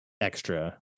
Extra